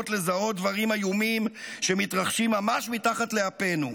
לזהות דברים איומים שמתרחשים ממש מתחת לאפינו.